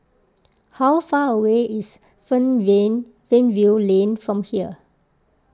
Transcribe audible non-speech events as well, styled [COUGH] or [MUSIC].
how far away is [UNINTELLIGIBLE] Fernvale Lane from here